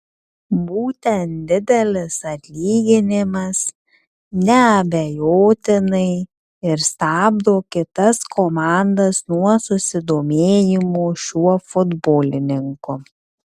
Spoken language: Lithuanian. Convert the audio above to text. būtent didelis atlyginimas neabejotinai ir stabdo kitas komandas nuo susidomėjimo šiuo futbolininku